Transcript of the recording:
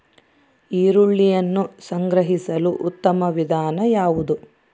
ಈರುಳ್ಳಿಯನ್ನು ಸಂಗ್ರಹಿಸಲು ಉತ್ತಮ ವಿಧಾನ ಯಾವುದು?